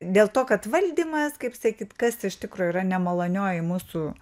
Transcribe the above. dėl to kad valdymas kaip sakyt kas iš tikro yra nemalonioji mūsų